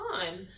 time